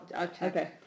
Okay